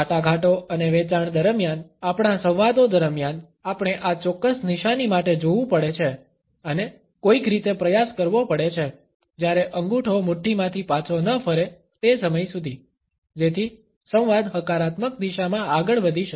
વાટાઘાટો અને વેચાણ દરમિયાન આપણા સંવાદો દરમિયાન આપણે આ ચોક્કસ નિશાની માટે જોવું પડે છે અને કોઈક રીતે પ્રયાસ કરવો પડે છે જ્યારે અંગૂઠો મુઠ્ઠીમાંથી પાછો ન ફરે તે સમય સુધી જેથી સંવાદ હકારાત્મક દિશામાં આગળ વધી શકે